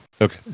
Okay